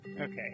Okay